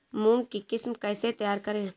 मूंग की किस्म कैसे तैयार करें?